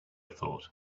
thought